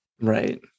Right